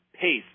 pace